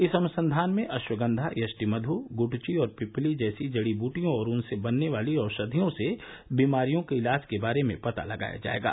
इस अनुसंघान में अश्वगंघा यष्टिमध् गुड्वि और पिप्पली जैसी जड़ी बुटियों और उनसे बनने वाली औषधियों से बीमारियों के इलाज के बारे में पता लगाया जाएगा